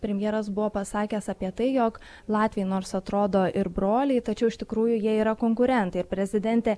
premjeras buvo pasakęs apie tai jog latviai nors atrodo ir broliai tačiau iš tikrųjų jie yra konkurentai ir prezidentė